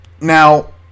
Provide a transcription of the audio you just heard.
Now